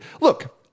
look